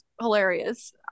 hilarious